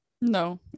No